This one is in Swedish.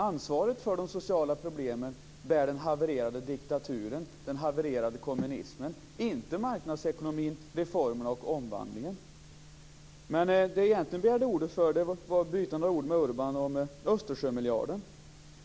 Ansvaret för de sociala problemen bär den havererade diktaturen, den havererade kommunismen, inte marknadsekonomin, reformen och omvandlingen. Det jag egentligen begärde ordet för var att få byta några ord med Urban Ahlin om Östersjömiljarden.